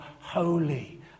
holy